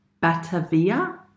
Batavia